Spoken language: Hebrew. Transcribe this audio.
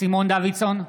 סימון דוידסון,